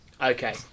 Okay